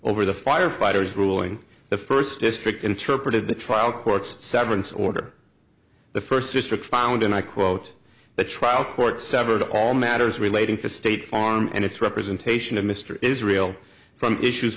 over the firefighters ruling the first district interpreted the trial court's severance order the first district found and i quote the trial court severed all matters relating to state farm and its representation of mr izrael from issues